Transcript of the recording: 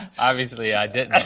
obviously i didn't,